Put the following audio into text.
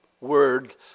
word